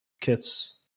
Kits